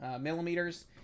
millimeters